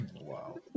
Wow